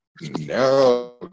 No